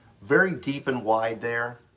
very deep and wide there,